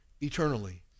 eternally